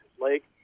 Lake